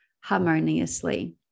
harmoniously